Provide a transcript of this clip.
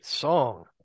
song